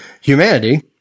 humanity